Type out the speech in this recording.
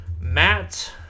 Matt